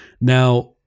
Now